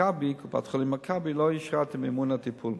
קופת-חולים "מכבי" לא אישרה את מימון הטיפול.